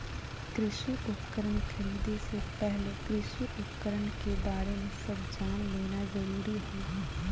कृषि उपकरण खरीदे से पहले कृषि उपकरण के बारे में सब जान लेना जरूरी हई